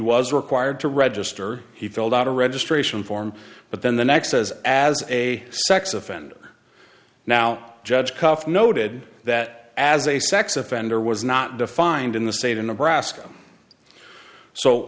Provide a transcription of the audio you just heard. was required to register he filled out a registration form but then the next says as a sex offender now judge cuff noted that as a sex offender was not defined in the state of nebraska so